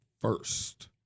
first